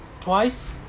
Twice